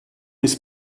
his